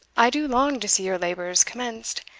i do long to see your labours commenced.